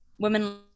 women